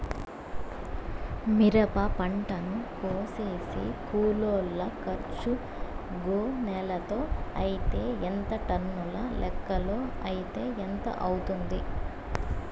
మిరప పంటను కోసేకి కూలోల్ల ఖర్చు గోనెలతో అయితే ఎంత టన్నుల లెక్కలో అయితే ఎంత అవుతుంది?